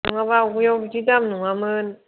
नङाब्ला आगयाव बिदि दाम नङामोन